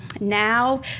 now